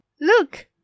Look